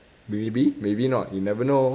maybe maybe not you never know